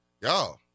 y'all